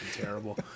terrible